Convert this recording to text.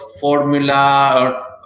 formula